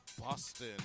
Boston